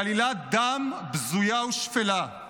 היא עלילת דם בזויה ושפלה.